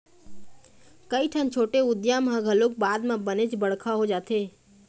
कइठन छोटे उद्यम ह घलोक बाद म बनेच बड़का हो जाथे